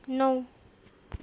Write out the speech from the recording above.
नौ